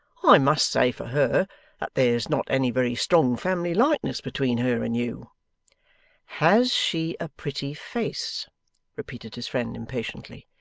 i must say for her that there's not any very strong family likeness between her and you has she a pretty face repeated his friend impatiently.